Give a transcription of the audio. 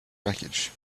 wreckage